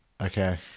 Okay